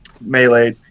melee